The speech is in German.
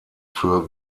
für